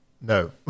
No